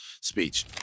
speech